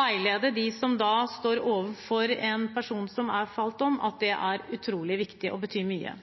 veilede dem som står overfor en person som er falt om, er utrolig viktig og betyr mye.